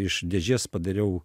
iš dėžės padariau